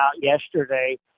yesterday